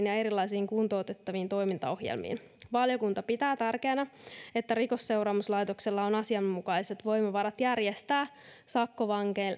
ja erilaisiin kuntoutettavien toimintaohjelmiin valiokunta pitää tärkeänä että rikosseuraamuslaitoksella on asianmukaiset voimavarat järjestää sakkovangeille